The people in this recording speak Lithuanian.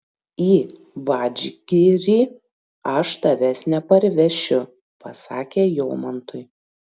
į vadžgirį aš tavęs neparvešiu pasakė jomantui